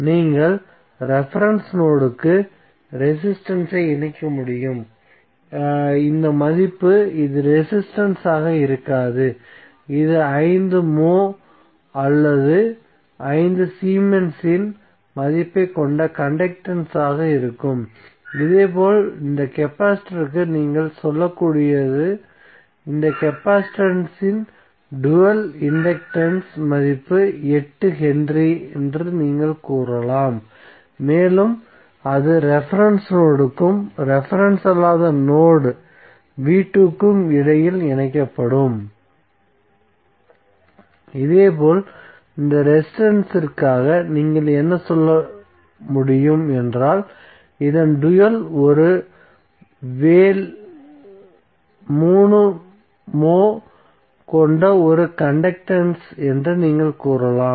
நீங்கள் ரெபரென்ஸ் நோட்க்கு ரெசிஸ்டன்ஸ் ஐ இணைக்க முடியும் இந்த மதிப்பு இது ரெசிஸ்டன்ஸ் ஆக இருக்காது இது 5 மோஹ் அல்லது 5 சீமென்ஸின் மதிப்பைக் கொண்ட கண்டக்டன்ஸ் ஆக இருக்கும் இதேபோல் இந்த கெபாசிட்டர்க்கு நீங்கள் சொல்லக்கூடியது இந்த கெபாசிட்டன்ஸ் இன் டூயல் இண்டக்டன்ஸ் மதிப்பு 8 ஹென்றி என்று நீங்கள் கூறலாம் மேலும் அது ரெபரென்ஸ் நோட்க்கும் ரெபரென்ஸ் அல்லாத நோட் v2 க்கும் இடையில் இணைக்கப்படும் இதேபோல் இந்த ரெசிஸ்டன்ஸ் ற்காக நீங்கள் என்ன சொல்ல முடியும் என்றால் இதன் டூயல் ஒரு வேல் 3 மோஹைக் கொண்ட ஒரு கண்டக்டன்ஸ் என்று நீங்கள் கூறலாம்